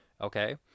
okay